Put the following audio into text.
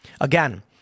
Again